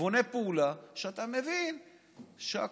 כיווני פעולה כשאתה מבין שהקורונה,